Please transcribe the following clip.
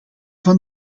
van